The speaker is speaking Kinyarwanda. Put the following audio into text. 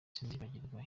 sinzibagirwa